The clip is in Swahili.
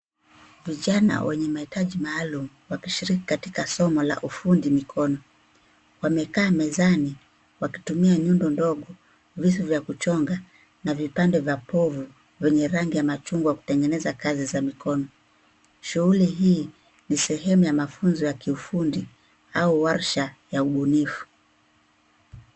Vijana wenye mahitaji maalum wakishiriki katika somo la ufundi mikono. Wamekaa mezani wakitumia nyundo ndogo, visu vya kuchonga na vipande vya povu vyenye rangi ya machungwa kutengeneza kazi za mikono. Shughuli hii nisehemu ya mafunzo ya kiufundi au warsha ya bunifu.